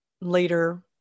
later